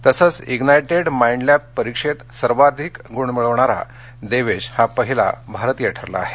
तसंच मायटेड मा डिलॅब परीक्षेत सर्वात जास्त गूण मिळवणारा देवेश हा पहिला भारतीय ठरला आहे